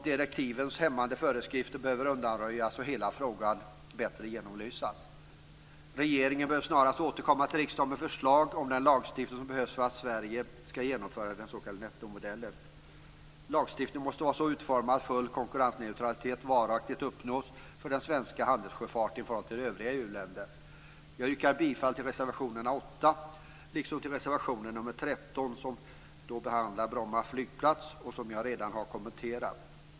Direktivens hämmande föreskrifter behöver också undanröjas och hela frågan genomlysas bättre. Regeringen bör snarast återkomma till riksdagen med förslag till den lagstiftning som behövs för att Sverige skall genomföra den s.k. nettomodellen. Lagstiftningen måste vara så utformad att full konkurrensneutralitet varaktigt uppnås för den svenska handelssjöfarten i förhållande till övriga EU-länder. Jag yrkar bifall till reservation 8 liksom till reservation 13, som behandlar Bromma flygplats och som jag redan har kommenterat.